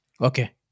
okay